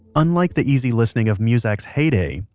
unlike the easy listening of muzak's heyday,